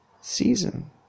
season